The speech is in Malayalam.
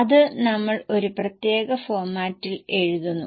അത് നമ്മൾ ഒരു പ്രത്യേക ഫോർമാറ്റിൽ എഴുതുന്നു